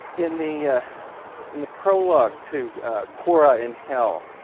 in the in the prologue to kora in hell,